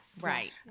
right